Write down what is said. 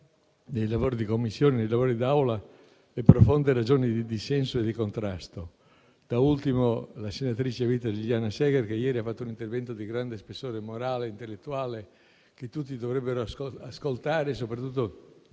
nei lavori di Commissione e in quelli in Aula le profonde ragioni di dissenso e di contrasto. Da ultimo, la senatrice a vita Liliana Segre ieri ha svolto un intervento di grande spessore morale e intellettuale, che tutti dovrebbero ascoltare e soprattutto sul